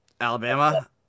Alabama